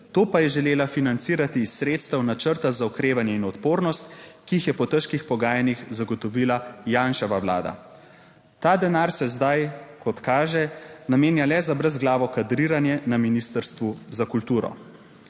to pa je želela financirati iz sredstev načrta za okrevanje in odpornost, ki jih je po težkih pogajanjih zagotovila Janševa vlada. Ta denar se zdaj, kot kaže, namenja le za brezglavo kadriranje na Ministrstvu za kulturo.